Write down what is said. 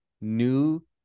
new